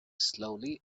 slowly